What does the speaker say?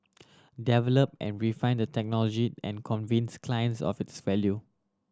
develop and refine the technology and convince clients of its value